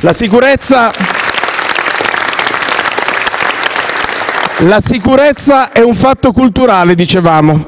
La sicurezza è un fatto culturale e